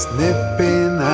Snipping